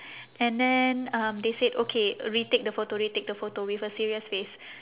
and then um they said okay retake the photo retake the photo with a serious face